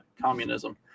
communism